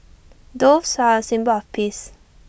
doves are A symbol of peace